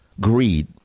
greed